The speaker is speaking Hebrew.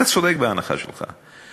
אתה צודק בהנחה שלך,